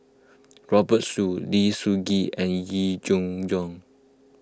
Robert Soon Lim Sun Gee and Yee Jenn Jong